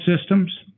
systems